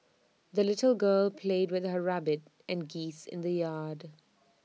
the little girl played with her rabbit and geese in the yard